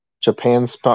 Japan's